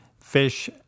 fish